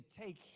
take